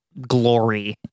glory